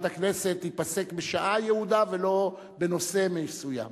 הכנסת תיפסק בשעה יעודה ולא בנושא מסוים.